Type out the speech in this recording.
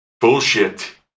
bullshit